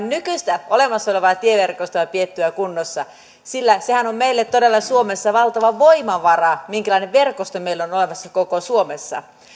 nykyistä olemassa olevaa tieverkostoa pidettyä kunnossa sillä sehän on meille suomessa todella valtava voimavara minkälainen verkosto meillä on olemassa koko suomessa